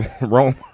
Rome